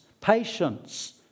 patience